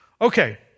Okay